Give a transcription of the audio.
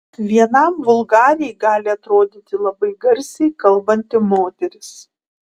vienam vulgariai gali atrodyti labai garsiai kalbanti moteris